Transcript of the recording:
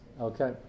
Okay